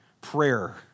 prayer